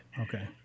Okay